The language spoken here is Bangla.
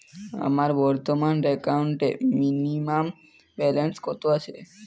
আমার বর্তমান একাউন্টে মিনিমাম ব্যালেন্স কত আছে?